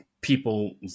people